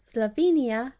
Slovenia